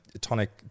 tonic